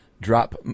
drop